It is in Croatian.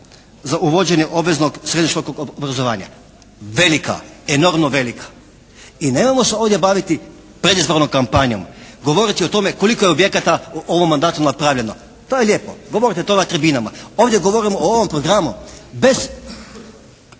za uvođenje obveznog srednjoškolskog obrazovanja? Velika, enormno velika i nemojmo se ovdje baviti predizbornom kampanjom, govoriti o tome koliko je objekata u ovom mandatu napravljeno. To je lijepo. Govorite to na tribinama. Ovdje govorimo o ovom programu. Bez